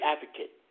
advocate